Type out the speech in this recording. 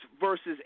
versus